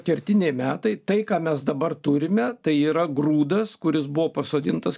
kertiniai metai tai ką mes dabar turime tai yra grūdas kuris buvo pasodintas